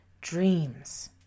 dreams